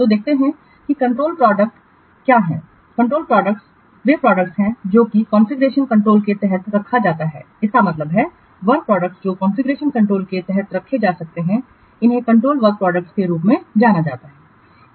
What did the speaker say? तो देखते हैं कि कंट्रोल वर्क प्रोडक्ट क्या हैं कंट्रोल्ड वर्क प्रोडक्ट्स वे हैं जो हैं कॉन्फ़िगरेशन कंट्रोल के तहत रखा जाता है इसका मतलब है वर्क प्रोडक्टस जो कॉन्फ़िगरेशन कंट्रोल के तहत रखे जा सकते हैं इन्हें कंट्रोल वर्क प्रोडक्टसों के रूप में जाना जाता है